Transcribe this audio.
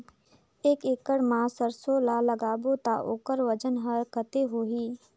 एक एकड़ मा सरसो ला लगाबो ता ओकर वजन हर कते होही?